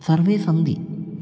सर्वे सन्ति